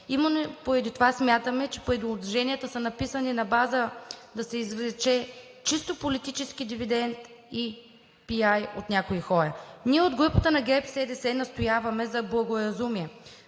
лв. Поради това смятаме, че предложенията са написани на базата да се извлече чисто политически дивидент и пиар от някои хора. От групата на ГЕРБ-СДС настояваме за благоразумие.